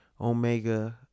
omega